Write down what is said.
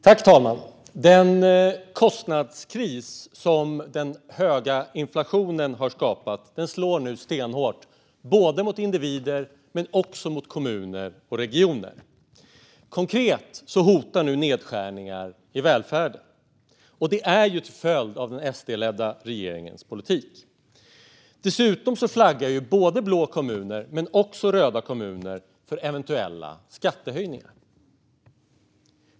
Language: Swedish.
Herr talman! Den kostnadskris som den höga inflationen har skapat slår nu stenhårt mot individer men också mot kommuner och regioner. Konkret hotar nu nedskärningar i välfärden, och det är till följd av den SD-ledda regeringens politik. Dessutom flaggar både blå kommuner och röda kommuner för eventuella skattehöjningar.